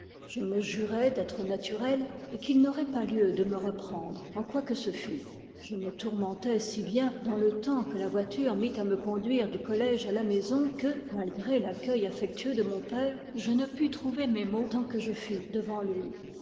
je me jurai d'être naturel et qu'il n'aurait pas lieu de me reprendre en quoi que ce fût je me tourmentai si bien dans le temps que la voiture mit à me conduire du collège à la maison que malgré l'accueil affectueux de mon père je ne pus trouver mes mots tant que je fus devant lui